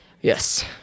Yes